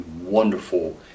wonderful